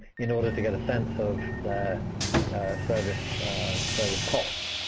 in order to get a sense of the service service costs.